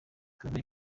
claver